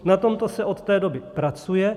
Na tomto se od té doby pracuje.